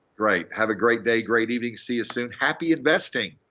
right. have a great day, great evening, see soon. happy investing.